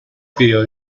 pidió